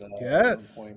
Yes